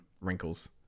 wrinkles